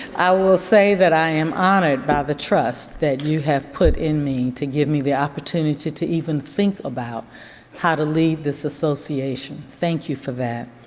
i will say that i am honored by the trust that you have put in me to give me the opportunity to even think about how to lead this association. thank you for that.